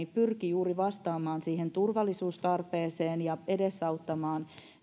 pyrki juuri vastaamaan siihen turvallisuustarpeeseen ja edesauttamaan